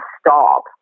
stop